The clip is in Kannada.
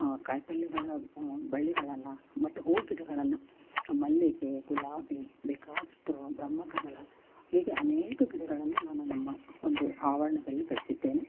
ಕಾಯಿಪಲ್ಲೆಗಳ ಬಳ್ಳಿಗಳನ್ನು ಮತ್ತು ಹೂವು ಗಿಡಗಳನ್ನು ಮಲ್ಲಿಗೆ ಗುಲಾಬಿ ಬೇಕಾದಷ್ಟು ಬ್ರಹ್ಮಕಮಲ ಹೀಗೆ ಅನೇಕ ಗಿಡಗಳನ್ನು ನಾನು ನಮ್ಮ ಒಂದು ಆವರಣದಲ್ಲಿ ಬೆಳೆಸಿದ್ದೇನೆ